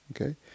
Okay